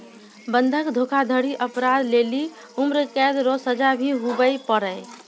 बंधक धोखाधड़ी अपराध लेली उम्रकैद रो सजा भी हुवै पारै